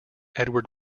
edward